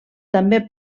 també